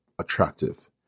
attractive